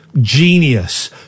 Genius